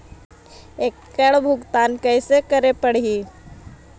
एकड़ भुगतान कैसे करे पड़हई?